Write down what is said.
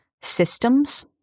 systems